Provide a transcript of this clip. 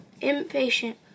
impatient